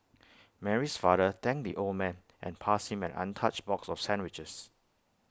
Mary's father thanked the old man and passed him an untouched box of sandwiches